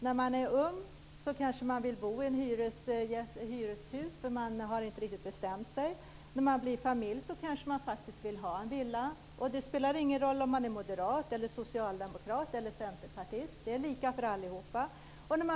När man är ung kanske man vill bo i hyreshus, eftersom man inte riktigt har bestämt sig. När man bildar familj kanske man faktiskt vill ha en villa - och det spelar ingen roll om man är moderat, socialdemokrat eller centerpartist; det är lika för allihop.